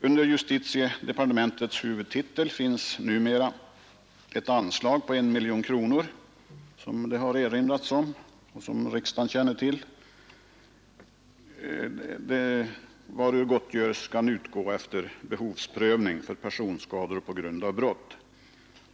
Under justitiedepartementets huvudtitel finns numera, som riksdagen känner till, ett anslag på 1 miljon kronor, varur gottgörelse efter behovsprövning kan utgå för personskador på grund av brott.